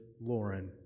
Lauren